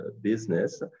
business